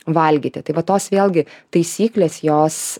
valgyti tai va tos vėlgi taisyklės jos